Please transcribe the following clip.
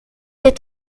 est